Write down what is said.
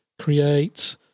create